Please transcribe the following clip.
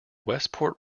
westport